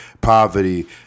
poverty